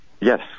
Yes